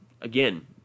again